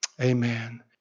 Amen